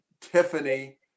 Tiffany